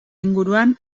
inguruan